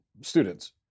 students